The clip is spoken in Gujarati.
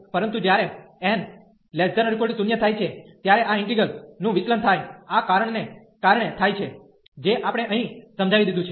પરંતુ જ્યારે n≤0 થાય છે ત્યારે આ ઈન્ટિગ્રલ નું વિચલન થાય આ કારણને કારણે થાય છે જે આપણે અહીં સમજાવી દીધું છે